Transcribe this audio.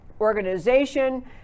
organization